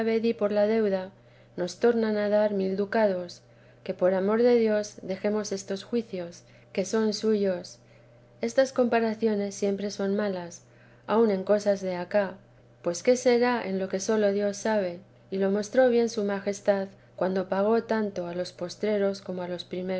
la deuda nostornan a dar mil ducados que por amor de dios dejemos estos juicios que son suyos estas comparaciones siempre son malas aun en cosas de acá pues qué será en lo que sólo dios sabe y lo mostró bien su majestad cuando pagó tanto a los postreros como a los